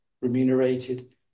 remunerated